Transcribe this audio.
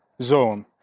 zone